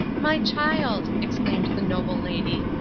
my child! exclaimed the noble lady,